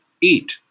eat